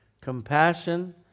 compassion